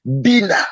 dinner